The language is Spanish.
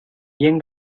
bien